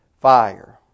fire